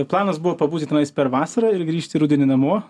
planas buvo pabūti tenais per vasarą ir grįžti rudenį namo